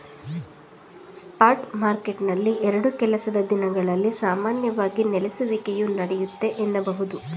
spot ಮಾರ್ಕೆಟ್ನಲ್ಲಿ ಎರಡು ಕೆಲಸದ ದಿನಗಳಲ್ಲಿ ಸಾಮಾನ್ಯವಾಗಿ ನೆಲೆಸುವಿಕೆಯು ನಡೆಯುತ್ತೆ ಎನ್ನಬಹುದು